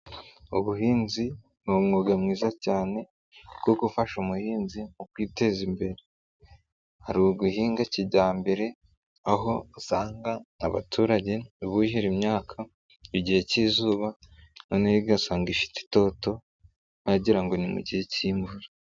Ubuhinzi ni umwuga mwiza cyane wo gufasha umuhinzi mu kwiteza imbere, hari uguhinga kijyambere aho usanga abaturage buhira imyaka igihe k'izuba noneho igasanga ifite itoto wagira ngo ni mu gihe k'imvura.